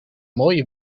mooie